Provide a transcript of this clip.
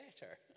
better